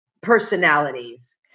personalities